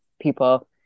people